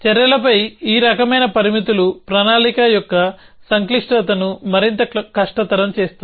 చర్యలపై ఈ రకమైన పరిమితులు ప్రణాళిక యొక్క సంక్లిష్టతను మరింత కష్టతరం చేస్తాయి